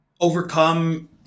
overcome